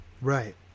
Right